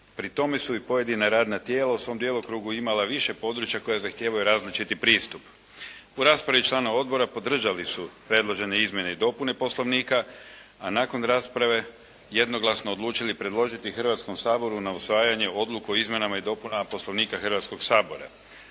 Pri tome su i pojedina radna tijela u svom djelokrugu imala više područja koja zahtijevaju različiti pristup. U raspravi članovi odbora podržali su predložene izmjene i dopune Poslovnika, a nakon rasprave jednoglasno odlučili predložiti Hrvatskom saboru na usvajanje Odluku o izmjenama i dopunama Poslovnika Hrvatskog sabora.